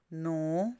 ਨੌਂ